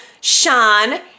Sean